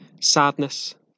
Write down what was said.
sadness